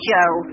Joe